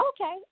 Okay